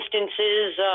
instances